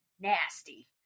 nasty